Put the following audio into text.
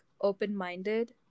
open-minded